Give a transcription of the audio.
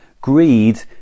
Greed